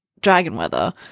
Dragonweather